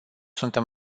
suntem